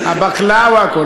הבקלאווה.